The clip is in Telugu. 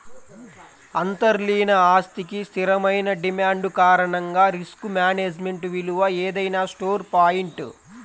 అంతర్లీన ఆస్తికి స్థిరమైన డిమాండ్ కారణంగా రిస్క్ మేనేజ్మెంట్ విలువ ఏదైనా స్టోర్ పాయింట్